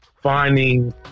finding